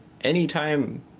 anytime